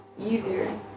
easier